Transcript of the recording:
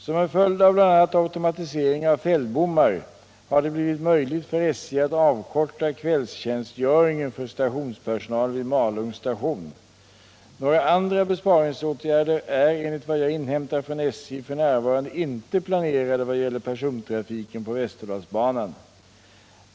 Som en följd av bl.a. automatisering av fällbommar har det blivit möjligt för SJ att avkorta kvällstjänstgöringen för stationspersonalen vid Malungs station. Några andra besparingsåtgärder är enligt vad jag inhämtat från SJ f. n. inte planerade vad gäller persontrafiken på Västerdalsbanan.